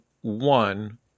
one